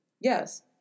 Yes